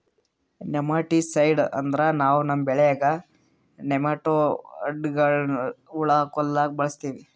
nematicide ಅಂದ್ರ ನಾವ್ ನಮ್ಮ್ ಬೆಳ್ಯಾಗ್ ನೆಮಟೋಡ್ಗಳ್ನ್ ಹುಳಾ ಕೊಲ್ಲಾಕ್ ಬಳಸ್ತೀವಿ